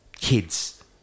kids